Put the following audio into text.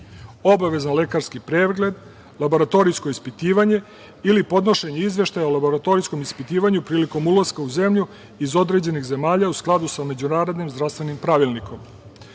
obavezan lekarski pregled, laboratorijsko ispitivanje ili podnošenje izveštaja o laboratorijskom ispitivanju prilikom ulaska u zemlju iz određenih zemalja u skladu sa međunarodnim zdravstvenim pravilnikom.U